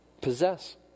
possess